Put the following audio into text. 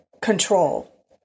control